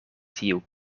tiu